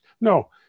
No